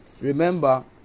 remember